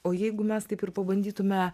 o jeigu mes taip ir pabandytume